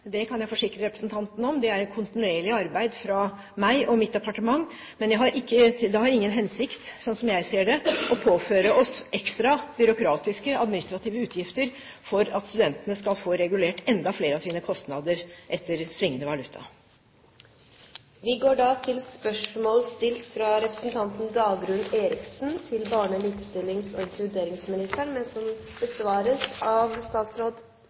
Det kan jeg forsikre representanten om. Det er et kontinuerlig arbeid fra meg og mitt departement, men det har ingen hensikt, slik jeg ser det, å påføre oss ekstra, byråkratiske administrative utgifter for at studentene skal få regulert enda flere av sine kostnader etter svingende valuta. Vi går nå til spørsmålene 23 og 24. «De ideelle aktørene skal møtes med respekt, og de skal sikres rammevilkår som